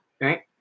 right